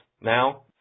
now